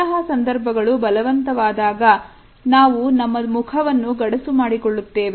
ಇಂತಹ ಸಂದರ್ಭಗಳು ಬಲವಂತವಾದ ಆಗ ನಾವು ನಮ್ಮ ಮುಖವನ್ನು ಗಡಸು ಮಾಡಿಕೊಳ್ಳುತ್ತೇವೆ